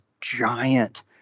giant